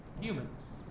humans